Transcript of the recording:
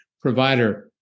provider